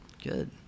Good